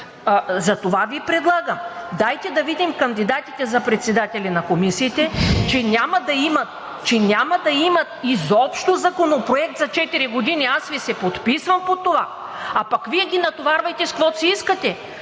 Затова Ви предлагам: дайте да видим кандидатите за председатели на комисиите, че няма да имат изобщо законопроект за четири години. Аз Ви се подписвам под това, а пък Вие ги натоварвайте с каквото си искате.